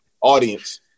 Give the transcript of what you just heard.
Audience